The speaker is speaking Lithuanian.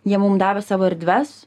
jie mum davė savo erdves